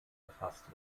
erfasst